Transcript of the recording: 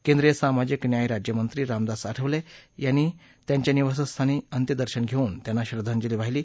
केंद्रीय सामाजिक न्याय राज्यमंत्री रामदास आठवले यांनी त्यांच्या निवासस्थानी अंत्यदर्शन घेऊन त्यांना श्रद्वांजली वाहिली